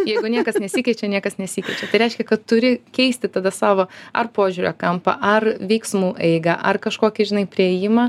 jeigu niekas nesikeičia niekas neiskeičia tai reiškia kad turi keisti tada savo ar požiūrio kampą ar veiksmų eigą ar kažkokį žinai priėjimą